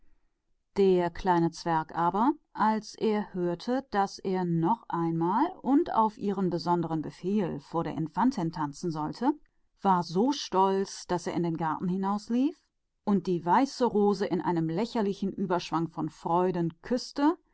der kleine zwerg hörte daß er noch einmal vor der infantin tanzen sollte und auf ihren eigenen ausdrücklichen befehl da war er so stolz daß er in den garten hinauslief und die weiße rose in überströmender freude küßte